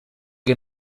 que